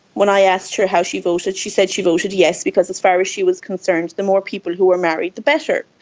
when i asked her how she voted she said she voted yes because as far as she was concerned the more people who were married the better.